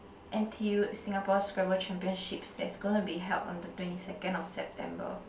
n_t_u Singapore Scrabble championships that is going to be held on the twenty second of September